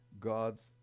God's